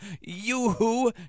Yoo-Hoo